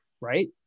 right